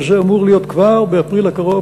וזה אמור להיות כבר באפריל הקרוב,